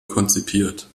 konzipiert